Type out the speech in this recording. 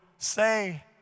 say